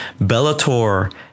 Bellator